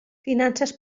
finances